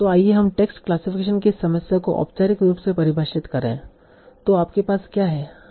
तो आइए हम टेक्स्ट क्लासिफिकेशन की इस समस्या को औपचारिक रूप से परिभाषित करें तो आपके पास क्या है